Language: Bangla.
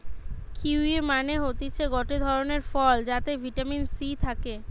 কিউয়ি মানে হতিছে গটে ধরণের ফল যাতে ভিটামিন সি থাকে